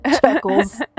Chuckles